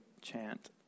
chant